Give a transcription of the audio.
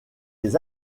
les